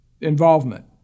involvement